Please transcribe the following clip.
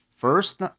First